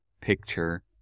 picture